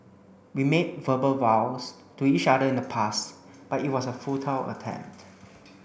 we made verbal vows to each other in the past but it was a futile attempt